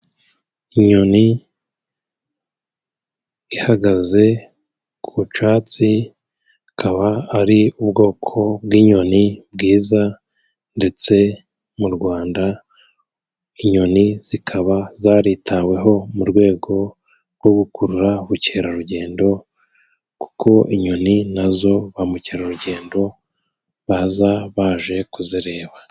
Inyoni ihagaze ku cyatsi ikaba ari ubwoko bw'inyoni bwiza, ndetse mu Rwanda inyoni zikaba zaritaweho mu rwego rwo gukurura ubukerarugendo, kuko inyoni na zo ba mukerarugendo baza baje kuzireba.